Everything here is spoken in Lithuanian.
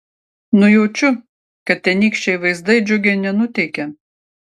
nujaučiu kad tenykščiai vaizdai džiugiai nenuteikė